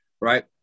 right